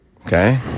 Okay